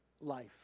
life